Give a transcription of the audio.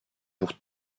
pour